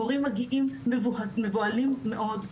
הורים מגיעים מבוהלים מאוד,